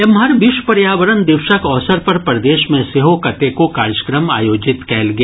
एम्हर विश्व पर्यावरण दिवसक अवसर पर प्रदेश मे सेहो कतेको कार्यक्रम आयोजित कयल गेल